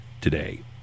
today